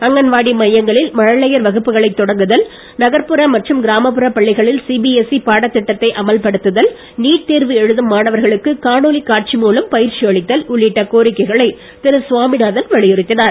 அங்கன்வாடி மையங்களில் மழலையர் வகுப்புகளை தொடக்குதல் நகரப்புற மற்றும் கிராமப்புற பள்ளிகளில் சிபிஎஸ்இ பாடத் திட்டத்தை அமல்படுத்துதல் நீட் தேர்வு எழுதும் மாணவர்களுக்கு காணொலி காட்சி மூலம் பயிற்சி அளித்தல் உள்ளிட்ட கோரிக்கைகளை திரு சுவாமிநாதன் வலியுறுத்தினார்